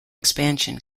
expansion